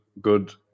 Good